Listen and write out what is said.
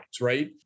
right